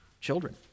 children